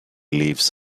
leaves